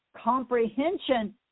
comprehension